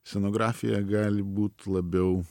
scenografija gali būt labiau